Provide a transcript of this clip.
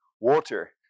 water